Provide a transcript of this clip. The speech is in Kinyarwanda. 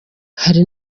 hari